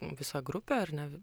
visa grupė ar ne